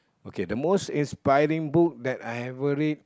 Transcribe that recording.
okay the most inspiring book that I ever read